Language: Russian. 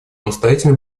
настоятельно